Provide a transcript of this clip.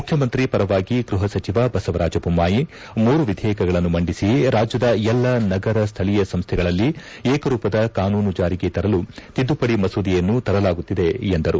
ಮುಖ್ಯಮಂತ್ರಿ ಪರವಾಗಿ ಗೃಹ ಸಚಿವ ಬಸವರಾಜ ಬೊಮ್ಮಾಯಿ ಮೂರು ವಿಧೇಯಕಗಳನ್ನು ಮಂಡಿಸಿ ರಾಜ್ಕದ ಎಲ್ಲ ನಗರ ಸ್ಥಳೀಯ ಸಂಸ್ಥೆಗಳಲ್ಲಿ ಏಕರೂಪದ ಕಾನೂನು ಜಾರಿಗೆ ತರಲು ತಿದ್ದುಪಡಿ ಮಸೂದೆಯನ್ನು ತರಲಾಗುತ್ತಿದೆ ಎಂದರು